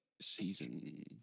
season